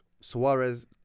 Suarez